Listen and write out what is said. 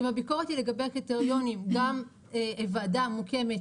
אם הביקורת היא לגבי הקריטריונים גם ועדה מוקמת